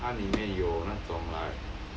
他里面有那种 like